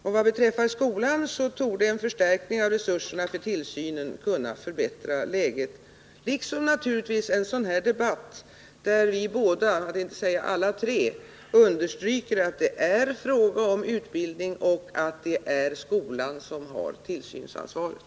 Och vad beträffar skolan torde en förstärkning av resurserna för tillsynen kunna förbättra läget, liksom naturligtvis en sådan här debatt, där vi båda, för att inte säga alla tre, understryker att det är fråga om utbildning och att det är skolan som har tillsynsansvaret.